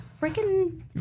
freaking